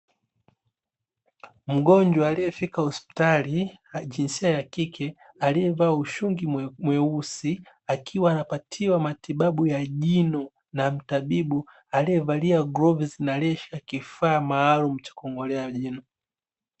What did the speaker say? Mgonjwa aliyefika hospitali wa jinsia ya kike, aliyevaa ushungi mweusi, akiwa anapatiwa matibabu ya jino na tabibu aliyevalia glovu na aliyeshika kifaa maalumu cha kung'olea meno.